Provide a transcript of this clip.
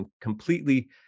completely